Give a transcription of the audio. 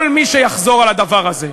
כל מי שיחזור על הדבר הזה,